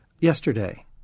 Yesterday